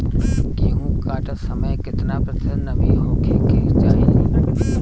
गेहूँ काटत समय केतना प्रतिशत नमी होखे के चाहीं?